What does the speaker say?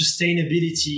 sustainability